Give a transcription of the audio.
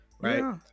right